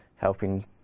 helping